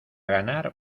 ganar